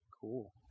Cool